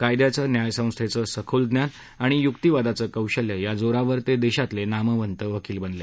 कायद्याचं न्यायसंस्थेचं सखोल ज्ञान आणि युक्तीवादाचं कौशल्य या जोरावर ते देशातले नामवंत वकील बनले